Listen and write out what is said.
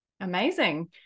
amazing